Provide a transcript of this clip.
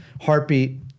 Heartbeat